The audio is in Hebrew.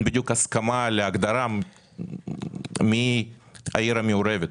בדיוק הסכמה על ההגדרה מי הן הערים המעורבות.